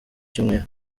cyumweru